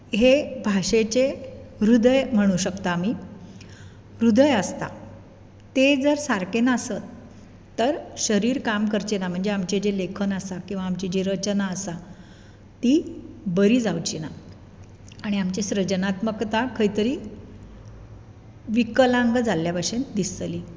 हें एक भाशेचें ह्रदय म्हणू शकता आमी ह्रदय आसता तें जर सारकें नासत तर शरीर काम करचें ना म्हणजें आमचें जें लेखन आसा आमची जी रचना आसा ती बरी जावची ना आनी आमची सृजनात्मकता खंय तरी विकलांग जाल्ले भशेन दिसतली